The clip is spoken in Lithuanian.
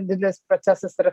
didelis procesas ir